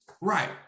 Right